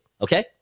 okay